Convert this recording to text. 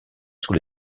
sous